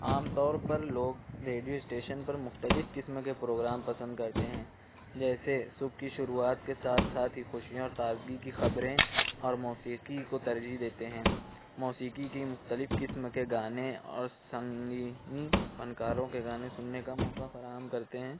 عام طور پر لوگ ریڈیو اسٹیشن پر مختلف قسم کے پروگرام پسند کرتے ہیں جیسے صبح کی شروعات کے ساتھ ساتھ ہی خوشیاں تازگی کی خبریں اور موسیقی کو ترجیح دیتے ہیں موسیقی کی مختلف قسم کے گانے اور سنگینی فنکاروں کے گانے سننے کا موقع فراہم کرتے ہیں